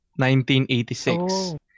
1986